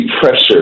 pressure